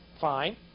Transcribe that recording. fine